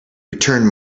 return